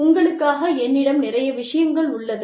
உங்களுக்காக என்னிடம் நிறைய விஷயங்கள் உள்ளது